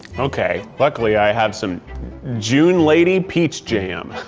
okay. luckily i have some june lady peach jam.